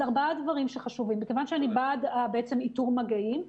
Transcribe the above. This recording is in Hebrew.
אז ארבעה דברים שחשובים: מכיוון שאני בעצם בעד איתור מגעים,